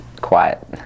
quiet